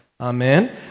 Amen